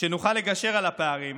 שנוכל לגשר על הפערים